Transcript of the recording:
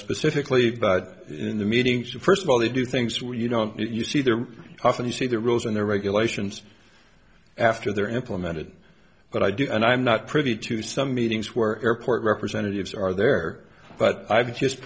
specifically but in the meetings and first of all they do things where you know you see there often you see the rules and the regulations after they're implemented but i do and i'm not privy to some meetings where airport representatives are there but i've just